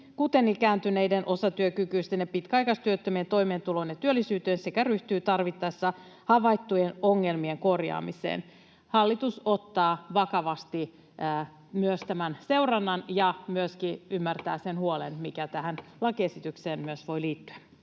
kuten ikääntyneiden, osatyökykyisten ja pitkäaikaistyöttömien, toimeentuloon ja työllisyyteen sekä ryhtyy tarvittaessa havaittujen ongelmien korjaamiseen.” Hallitus ottaa vakavasti myös tämän seurannan ja myöskin ymmärtää sen huolen, mikä tähän lakiesitykseen voi liittyä.